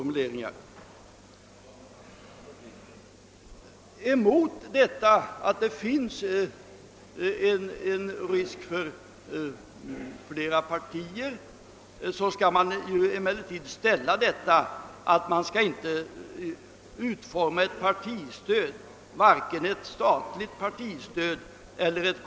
"Men även om det finns risk för bildandet av nya partier måste man tänka på att inte utforma ett partistöd så, vare sig ett statligt eller ett.